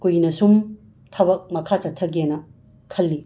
ꯀꯨꯏꯅ ꯁꯨꯝ ꯊꯕꯛ ꯃꯈꯥ ꯆꯠꯊꯒꯦꯅ ꯈꯜꯂꯤ